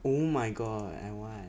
oh my god I want